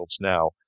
now